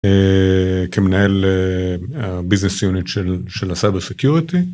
כמנהל business unit של הסייבר סקיורטי.